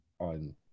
on